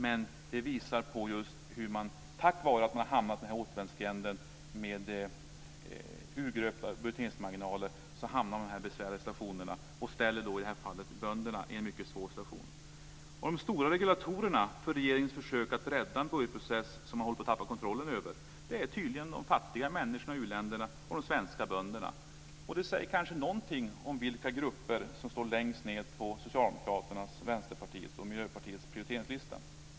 Men det visar hur man, just på grund av att man hamnat i den här återvändsgränden med urgröpta budgeteringsmarginaler, i det här fallet ställer bönderna i en mycket svår situation. De stora regulatorerna för regeringens försök att rädda en budgetprocess som man håller på att tappa kontrollen över är tydligen de fattiga människorna i u-länderna och de svenska bönderna. Det säger kanske någonting om vilka grupper som står längst ned på Socialdemokraternas, Vänsterpartiets och Miljöpartiets prioriteringslista.